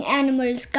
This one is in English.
animals